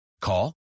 Call